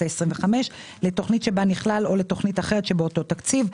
ה-25 לתוכנית שבה נכלל או לתוכנית אחרת שבאותו תקציב.